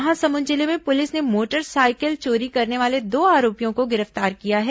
महासमुंद जिले में पुलिस ने मोटरसाइकिल चोरी करने वाले दो आरोपियों को गिरफ्तार किया है